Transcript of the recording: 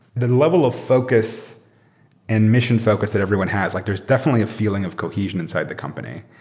the level of focus and mission focus that everyone has, like there's definitely a feeling of cohesion inside the company.